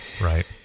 Right